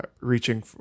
reaching